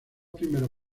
primeros